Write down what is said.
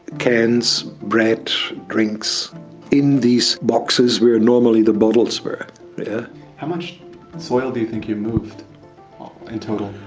cans, breads, drinks in these boxes where normally the bottles where how much soil do you think you moved in total?